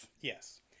Yes